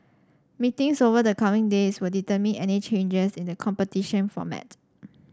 meetings over the coming days would determine any changes in the competition format